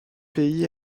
pays